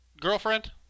girlfriend